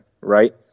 right